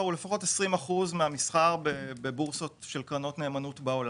הוא לפחות 20% מהמסחר של קרנות נאמנות בעולם,